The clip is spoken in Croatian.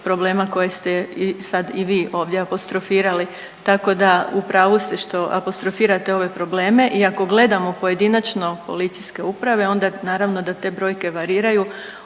problema koje ste i sad i vi ovdje apostrofirali. Tako da u pravu ste što apostrofirate ove probleme. I ako gledamo pojedinačno policijske uprave onda naravno da brojke variraju